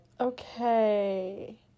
Okay